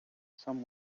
some